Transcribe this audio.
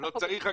לא צריך חקיקה.